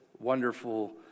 wonderful